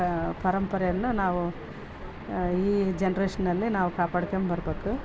ಕ ಪರಂಪರೆಯನ್ನು ನಾವು ಈ ಜನ್ರೇಷ್ನಲ್ಲಿ ನಾವು ಕಾಪಾಡ್ಕೊಂಬ್ ಬರ್ಬೇಕು